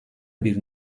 bir